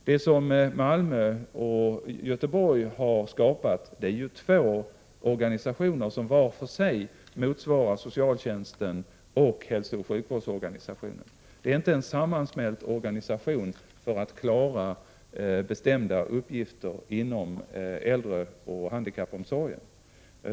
Vad som har skapats i Malmö och Göteborg är ju två organisationer, som var för sig motsvarar socialtjänsten och hälsooch sjukvårdsorganisationen. Det är inte en sammansmält organisation för att klara bestämda uppgifter inom äldreoch handikappomsorgen.